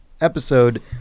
episode